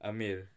Amir